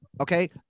Okay